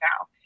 now